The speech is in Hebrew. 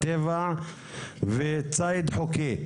טבע וציד חוקי,